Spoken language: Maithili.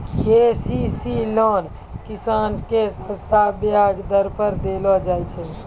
के.सी.सी लोन किसान के सस्ता ब्याज दर पर देलो जाय छै